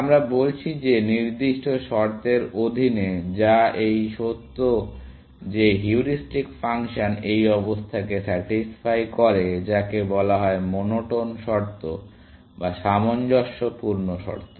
আমরা বলছি যে নির্দিষ্ট শর্তের অধীনে যা এই সত্য যে হিউরিস্টিক ফাংশন এই অবস্থাকে স্যাটিসফাই করে যাকে বলা হয় মনোটোন শর্ত বা সামঞ্জস্যপূর্ণ শর্ত